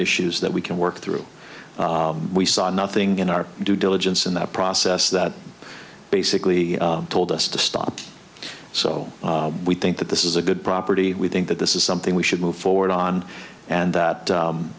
issues that we can work through we saw nothing in our due diligence in that process that basically told us to stop so we think that this is a good property we think that this is something we should move forward on and that